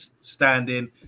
standing